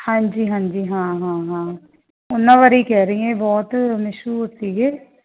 ਹਾਂਜੀ ਹਾਂਜੀ ਹਾਂ ਹਾਂ ਹਾਂ ਉਹਨਾਂ ਬਾਰੇ ਹੀ ਕਹਿ ਰਹੀ ਹਾਂ ਬਹੁਤ ਮਸ਼ਹੂਰ ਸੀਗੇ